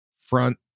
front